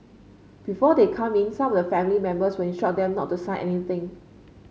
before they come in some of their family members will instruct them not to sign anything